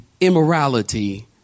immorality